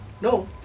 No